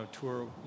tour